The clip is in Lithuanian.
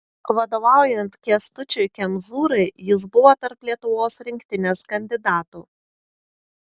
vadovaujant kęstučiui kemzūrai jis buvo tarp lietuvos rinktinės kandidatų